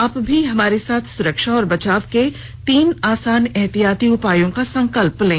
आप भी हमारे साथ सुरक्षा और बचाव के तीन आसान एहतियाती उपायों का संकल्प लें